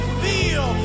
feel